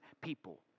people